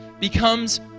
becomes